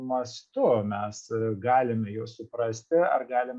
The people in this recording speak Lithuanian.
mastu mes galime juos suprasti ar galime